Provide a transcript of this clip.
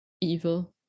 evil